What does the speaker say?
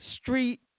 street